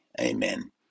Amen